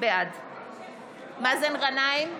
בעד מאזן גנאים,